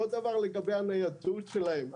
אותו דבר לגבי הניידות שלהם.